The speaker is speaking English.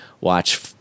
watch